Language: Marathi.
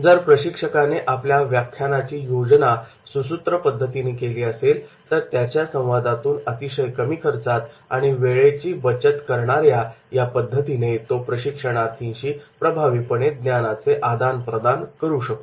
जर प्रशिक्षकाने आपल्या व्याख्यानाची योजना सुसूत्र पद्धतीने केली असेल तर त्याच्या संवादातून अतिशय कमी खर्चात आणि वेळेची बचत करणाऱ्या या पद्धतीने तो प्रशिक्षणार्थींची प्रभावीपणे ज्ञानाचे आदान प्रदान करू शकतो